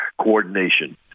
coordination